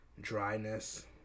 dryness